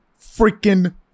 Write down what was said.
freaking